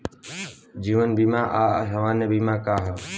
जीवन बीमा आ सामान्य बीमा का ह?